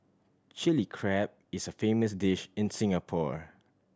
Chilli Crab is a famous dish in Singapore